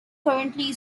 currently